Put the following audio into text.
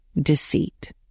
deceit